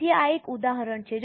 તેથી આ એક ઉદાહરણ છે